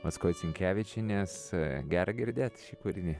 mackoit sinkevičienės gera girdėt šį kūrinį